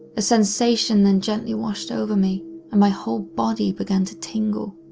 a sensation then gently washed over me and my whole body began to tingle.